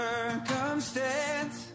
Circumstance